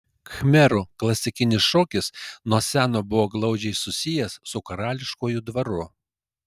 khmerų klasikinis šokis nuo seno buvo glaudžiai susijęs su karališkuoju dvaru